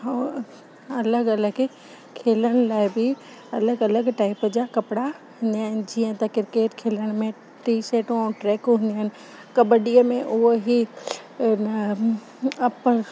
हो अलॻि अलॻि खेलन लाइ बि अलॻि अलॻि टाईप जा कपिड़ा हूंदा आहिनि जीअं त क्रिकेट खेलण में टीशट ऐं ट्रैक हूंदियूं आहिनि कबडीअ में उहेई आहिनि अप